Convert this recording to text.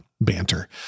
banter